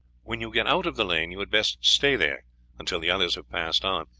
when you get out of the lane you had best stay there until the others have passed on,